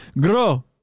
Grow